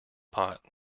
pot